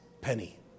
penny